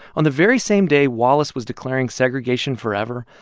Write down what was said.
on the very same day wallace was declaring segregation forever,